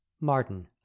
martin